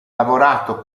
lavorato